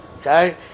Okay